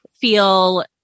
feel